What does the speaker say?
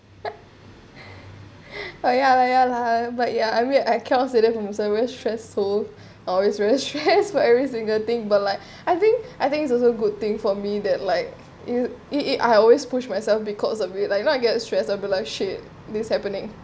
ya lah ya lah ah but yeah I count from very stressful always stress for every single thing but like I think I think it's also good thing for me that like it it I always push myself because of it like I not get stress and be like shit happening